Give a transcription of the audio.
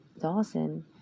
Dawson